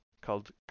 called